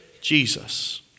Jesus